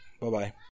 bye-bye